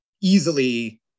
easily